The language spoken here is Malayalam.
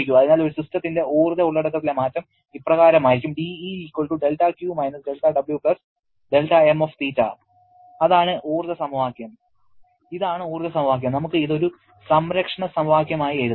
അതിനാൽ ഒരു സിസ്റ്റത്തിന്റെ ഊർജ്ജ ഉള്ളടക്കത്തിലെ മാറ്റം ഇപ്രകാരമായിരിക്കും dE δQ - δW δmθ ഇതാണ് ഊർജ്ജ സമവാക്യം നമുക്ക് ഇത് ഒരു സംരക്ഷണ സമവാക്യം ആയി എഴുതാം